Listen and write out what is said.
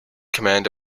command